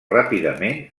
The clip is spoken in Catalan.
ràpidament